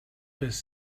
his